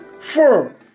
four